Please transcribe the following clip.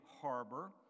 harbor